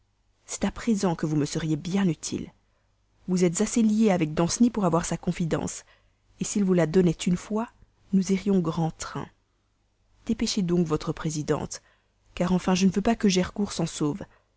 c'est à présent que vous me seriez bien utile vous êtes assez lié avec danceny pour avoir sa confiance s'il vous la donnait une fois nous irions grand train dépêchez donc votre présidente car enfin je ne veux pas que gercourt